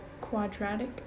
Quadratic